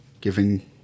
giving